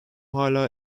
hâlâ